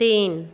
तीन